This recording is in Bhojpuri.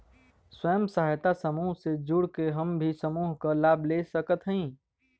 स्वयं सहायता समूह से जुड़ के हम भी समूह क लाभ ले सकत हई?